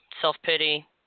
self-pity